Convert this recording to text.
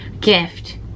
gift